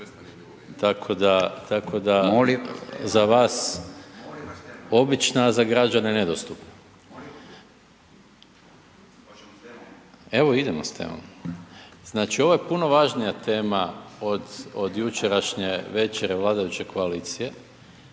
temom? **Maras, Gordan (SDP)** Evo, idemo s temom. Znači ovo je puno važnija tema od jučerašnje večere vladajuće koalicije